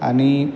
आणि